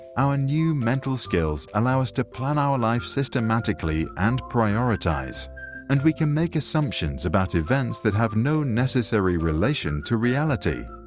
our new mental skills allow us to plan our life systematically and prioritize and we can make assumptions about events that have no necessary relation to reality.